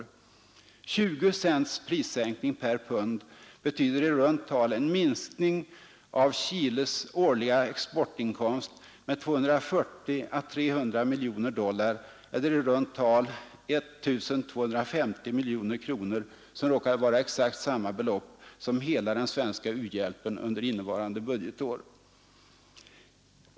Tjugo cents prissänkning per pund betyder i runt tal en minskning av den årliga exportinkomsten med 240 å 300 miljoner dollar eller i runt tal 1250 miljoner kronor, alltså exakt samma belopp som hela den svenska u-hjälpen till alla länder under innevarande budgetår!